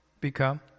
become